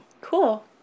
Cool